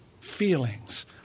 feelings